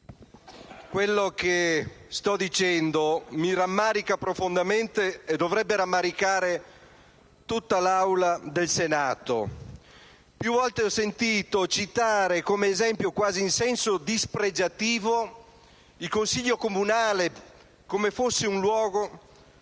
quello che sto dicendo mi rammarica profondamente e dovrebbe rammaricare tutta l'Assemblea del Senato. Più volte ho sentito citare come esempio, quasi in senso dispregiativo, il Consiglio comunale come fosse un luogo